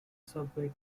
subway